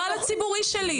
לא על הציבורי שלי.